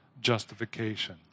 justification